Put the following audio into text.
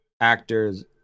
actors